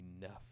enough